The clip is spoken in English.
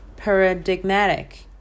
paradigmatic